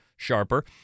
sharper